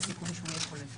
יש סיכון שהוא יחלה חולה.